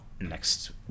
next